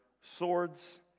swords